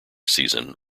season